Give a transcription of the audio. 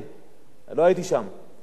אבל אם הציבור רואה את התמונות האלה